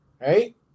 right